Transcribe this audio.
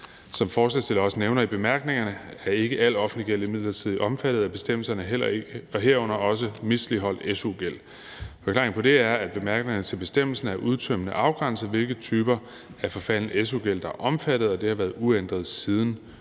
Som forslagsstillerne også nævner i bemærkningerne, er ikke al offentlig gæld imidlertid omfattet af bestemmelserne, herunder heller ikke misligholdt su-gæld. Forklaringen på det er, at det i bemærkningerne til bestemmelserne er udtømmende afgrænset, hvilke typer af forfalden su-gæld, der er omfattet, og det har været uændret siden